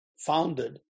founded